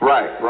Right